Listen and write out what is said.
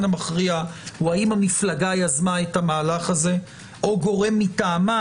המכריע הוא האם המפלגה יזמה את המהלך הזה או גורם מטעמה?